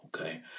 okay